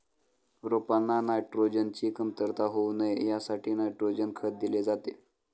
रोपांना नायट्रोजनची कमतरता होऊ नये यासाठी नायट्रोजन खत दिले जाते